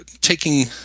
taking